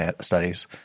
studies